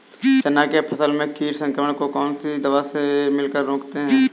चना के फसल में कीट संक्रमण को कौन सी दवा मिला कर रोकते हैं?